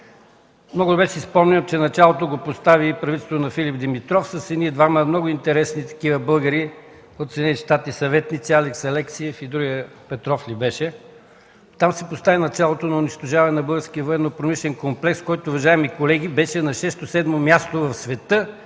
Много добре си спомням, че началото го постави правителството на Филип Димитров с едни двама много интересни българи от Съединените щати, съветници, Алекс Алексиев и другия – Петров май беше. Там се постави началото на унищожаването на българския военнопромишлен комплекс, който, уважаеми колеги, беше на шесто-седмо място в света